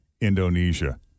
Indonesia